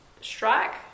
strike